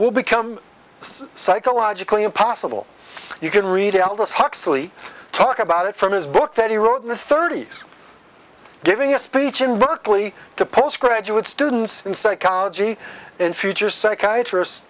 will become psychologically impossible you can read all those huxley talk about it from his book that he wrote in the thirty's giving a speech in berkeley to postgraduate students in psychology and future psychiatrist